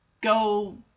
go